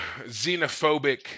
xenophobic –